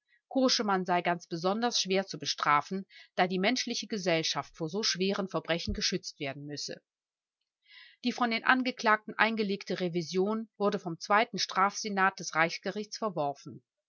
koschemann sei ganz besonders schwer zu bestrafen da die menschliche gesellschaft vor so schweren verbrechen brechen geschützt werden müsse die von den angeklagten eingelegte revision wurde vom zweiten strafsenat des reichsgerichts verworfen